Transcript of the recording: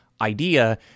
idea